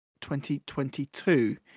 2022